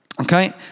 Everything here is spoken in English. Okay